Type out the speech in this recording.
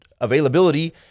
availability